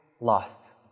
lost